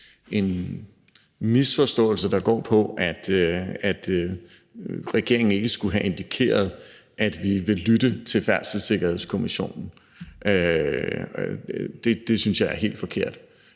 en misforståelse, der går på, at regeringen ikke skulle have indikeret, at vi vil lytte til Færdselssikkerhedskommissionen. Det synes jeg er helt forkert.